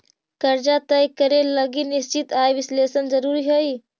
कर्जा तय करे लगी निश्चित आय विश्लेषण जरुरी हई